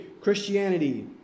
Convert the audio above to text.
Christianity